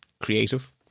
creative